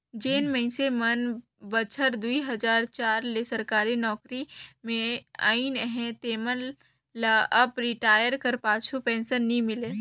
जेन मइनसे मन बछर दुई हजार चार ले सरकारी नउकरी में अइन अहें तेमन ल अब रिटायर कर पाछू पेंसन नी मिले